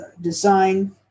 design